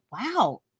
wow